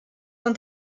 dans